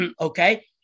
okay